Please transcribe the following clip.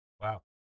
Wow